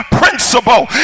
principle